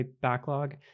backlog